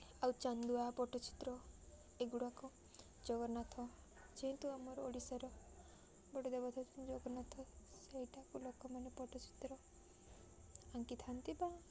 ଆଉ ଚାନ୍ଦୁଆ ପଟ୍ଟଚିତ୍ର ଏଗୁଡ଼ାକ ଜଗନ୍ନାଥ ଯେହେତୁ ଆମର ଓଡ଼ିଶାର ବଡ଼ଦେବତା ହେଉଛନ୍ତି ଜଗନ୍ନାଥ ସେଇଟାକୁ ଲୋକମାନେ ପଟ୍ଟଚିତ୍ର ଆଙ୍କିଥାନ୍ତି ବା